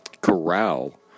corral